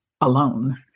alone